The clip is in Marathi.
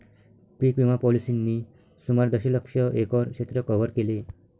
पीक विमा पॉलिसींनी सुमारे दशलक्ष एकर क्षेत्र कव्हर केले